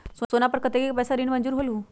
सोना पर कतेक पैसा ऋण मंजूर होलहु?